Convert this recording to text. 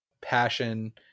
passion